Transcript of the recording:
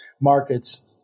markets